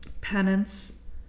penance